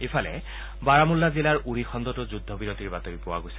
ইফালে বাৰামুল্লা জিলাৰ উৰি খণ্ডতো যুদ্ধবিৰতিৰ উলংঘনৰ বাতৰি পোৱা গৈছে